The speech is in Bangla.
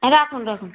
রাখুন রাখুন